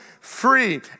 free